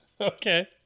Okay